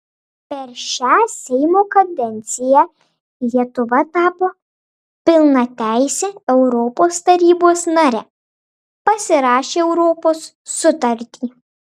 per šią seimo kadenciją lietuva tapo pilnateise europos tarybos nare pasirašė europos sutartį